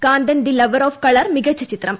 Kanthan the lover of colour മികച്ച ചിത്രം